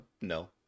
no